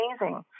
amazing